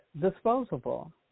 disposable